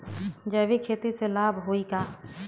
जैविक खेती से लाभ होई का?